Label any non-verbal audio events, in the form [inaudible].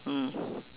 mm [breath]